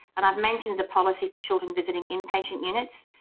and i've mentioned the policy for children visiting in-patient units.